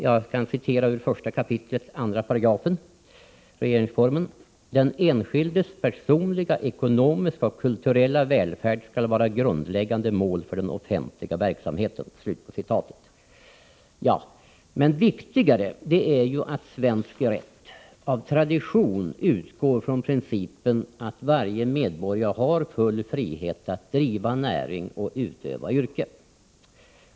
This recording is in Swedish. Jag citerar ur 1 kap. 2§: ”Den enskildes personliga, ekonomiska och kulturella välfärd skall vara grundläggande mål för den offentliga verksamheten.” Viktigare är emellertid att svensk rätt av tradition utgår från principen att varje medborgare har full frihet att driva näring och utöva yrke.